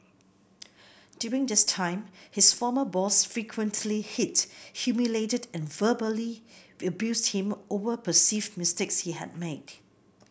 during this time his former boss frequently hit humiliated and verbally abused him over perceived mistakes he had made